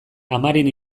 amaren